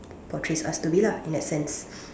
portrays us to be lah in that sense